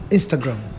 Instagram